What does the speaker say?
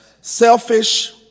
selfish